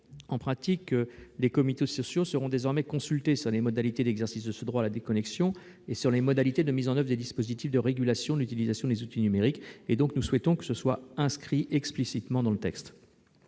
En pratique, les comités sociaux seront désormais consultés sur les modalités d'exercice de ce droit à la déconnexion et de mise en oeuvre des dispositifs de régulation de l'utilisation des outils numériques. Nous souhaitons donc que cela soit explicitement inscrit dans le texte.